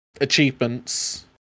achievements